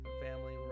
family